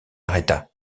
arrêta